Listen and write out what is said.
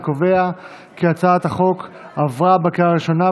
אני קובע כי הצעת החוק עברה בקריאה הראשונה,